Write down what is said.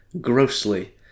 grossly